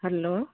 hello